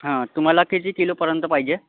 हां तुम्हाला किती किलोपर्यंत पाहिजे